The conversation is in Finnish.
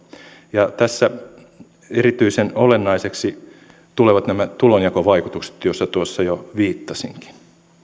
ja tässä erityisen olennaiseksi tulevat nämä tulonjakovaikutukset joihin tuossa jo viittasinkin